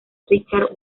richard